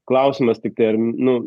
klausimas tiktai ar nu